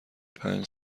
پنج